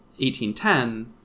1810